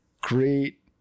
great